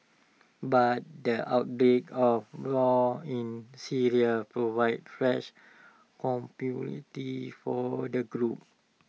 but the outbreak of war in Syria provided fresh opportunity for the group